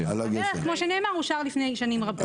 הכביש, כמו שנאמר, אושר לפני שנים רבות.